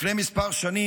לפני כמה שנים,